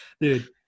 Dude